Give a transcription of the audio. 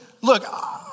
look